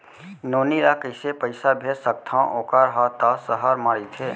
नोनी ल कइसे पइसा भेज सकथव वोकर हा त सहर म रइथे?